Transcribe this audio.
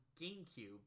gamecube